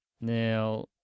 Now